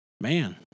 man